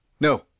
No